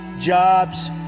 jobs